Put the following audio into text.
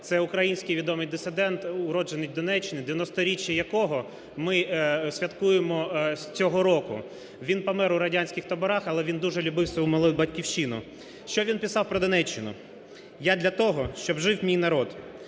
це український відомий дисидент, уродженик Донеччини 90-річчя якого ми святкуємо цього року. Він помер у радянських таборах, але він дуже любив свою малу Батьківщину, що він писав про Донеччину: "Я – для того, щоб жив мій народ,